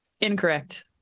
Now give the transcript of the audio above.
Incorrect